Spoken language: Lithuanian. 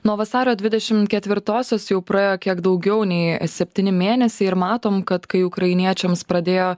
nuo vasario dvidešim ketvirtosios jau praėjo kiek daugiau nei septyni mėnesiai ir matom kad kai ukrainiečiams pradėjo